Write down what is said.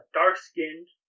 dark-skinned